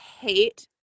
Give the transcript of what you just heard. hate